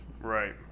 Right